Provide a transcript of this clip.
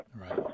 Right